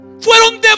Fueron